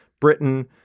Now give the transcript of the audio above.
Britain